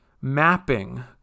mapping